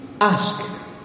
ask